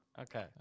Okay